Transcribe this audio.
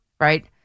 right